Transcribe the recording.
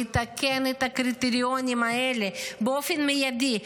לתקן את הקריטריונים האלה באופן מיידי,